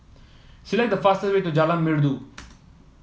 select the fast way to Jalan Merdu